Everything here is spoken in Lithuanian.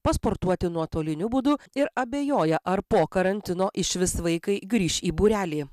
pasportuoti nuotoliniu būdu ir abejoja ar po karantino išvis vaikai grįš į būrelį